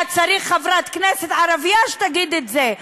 היה צורך בחברת כנסת ערבייה שתגיד את זה.